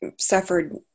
suffered